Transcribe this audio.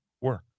work